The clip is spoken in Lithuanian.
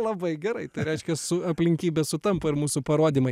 labai gerai reiškia su aplinkybės sutampa ir mūsų parodymai